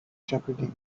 jeopardy